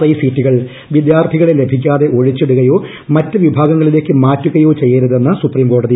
I സീറ്റുകൾ വിദ്യാർഥികളെ ലഭിക്കാതെ ഒഴിച്ചിടുകയോ മറ്റ് വിഭാഗങ്ങളിലേക്ക് മാറ്റുകയോ ചെയ്യരുതെന്ന് സുപ്രീം കോടതി